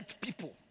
people